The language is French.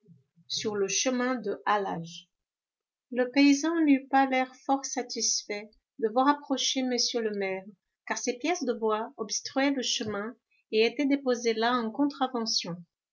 sur le chemin de halage le paysan n'eut pas l'air fort satisfait de voir approcher m le maire car ces pièces de bois obstruaient le chemin et étaient déposées là en contravention